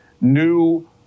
new